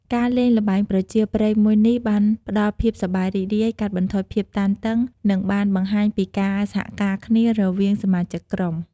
ការលេងល្បែងប្រជាប្រិយមួយនេះ បានផ្ដល់ភាពសប្បាយរីករាយ កាត់បន្ថយភាពតានតឹង និងបានបង្ហាញពីការសហការគ្នារវាងសមាជិកក្រុម។